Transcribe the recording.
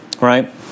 right